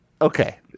okay